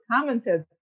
commented